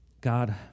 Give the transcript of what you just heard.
God